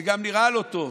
זה גם נראה לא טוב,